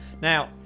Now